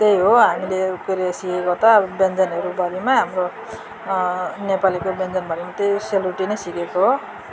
त्यही हो के अरे हामीले त सिकेको त अब व्यञ्जनहरूभरिमा हाम्रो नेपालीको व्यञ्जनभरिमा त्यही सेलरोटी नै सिकेको हो